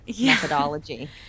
methodology